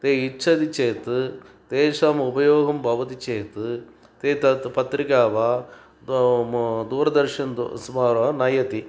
ते इच्छ्तिः चेत् तेषाम् उपयोगं भवति चेत् एतत् पत्रिका वा त् म दूरदर्शनं स्मरान् नयति